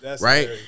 Right